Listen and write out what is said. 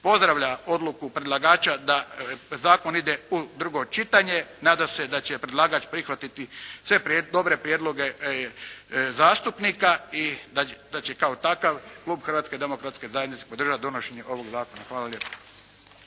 pozdravlja odluku predlagača da zakon ide u drugo čitanje. Nada se da će predlagač prihvatiti sve dobre prijedloge zastupnika i da će kao takav klub Hrvatske demokratske zajednice podržat donošenje ovog zakona. Hvala lijepa.